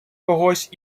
когось